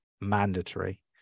mandatory